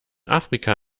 afrika